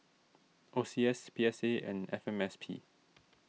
O C S P S A and F M S P